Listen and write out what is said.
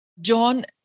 John